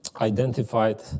identified